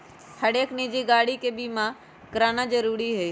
हरेक निजी गाड़ी के बीमा कराना जरूरी हई